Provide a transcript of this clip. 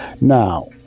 Now